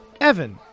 Evan